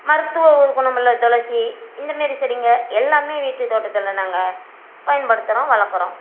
மருத்துவ குணமுள்ள துளசி இந்தமாரி செடிங்க எல்லாமே வீட்டுத் தோட்டத்தில் நாங்கள் பயன்படுத்துகிறோம் வளர்க்குறோம்